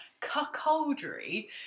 cuckoldry